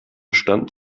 stand